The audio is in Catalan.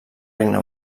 regne